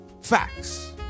Facts